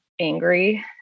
angry